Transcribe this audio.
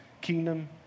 kingdom